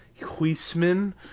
Huisman